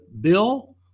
Bill